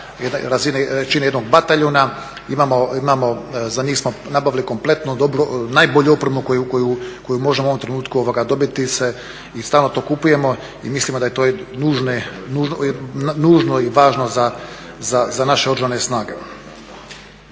snaga, … jednog bataljuna, imamo, za njih smo nabavili kompletnu dobru, najbolju opremu koju možemo u ovom trenutku dobiti … i stalno to kupujemo i mislimo da je to nužno i važno za naše … snage.